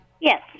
Yes